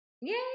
Yay